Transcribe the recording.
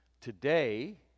Today